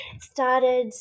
started